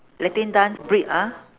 latin dance break ah